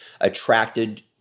attracted